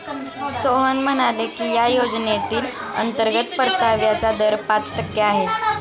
सोहन म्हणाले की या योजनेतील अंतर्गत परताव्याचा दर पाच टक्के आहे